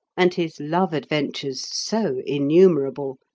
and his love adventures so innumerable,